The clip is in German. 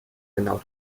genau